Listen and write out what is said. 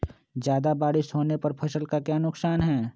ज्यादा बारिस होने पर फसल का क्या नुकसान है?